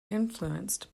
influenced